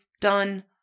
Done